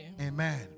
Amen